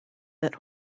that